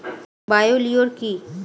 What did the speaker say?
Bio লিওর কি?